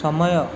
ସମୟ